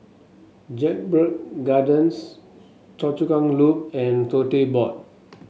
Jedburgh Gardens Choa Chu Kang Loop and Tote Board